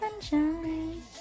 Sunshine